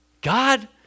God